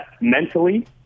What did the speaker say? mentally